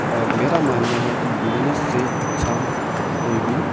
اور میرا ماننا ہے کہ بزنس سے اچھا کوئی بھی